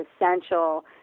essential